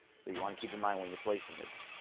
so you want to keep in mind when you're placing this.